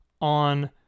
on